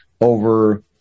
over